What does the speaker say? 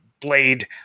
blade